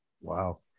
Wow